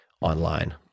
online